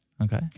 Okay